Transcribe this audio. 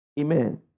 Amen